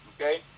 okay